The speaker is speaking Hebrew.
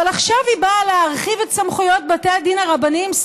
אבל עכשיו היא באה להרחיב את סמכויות בתי הדין הרבניים,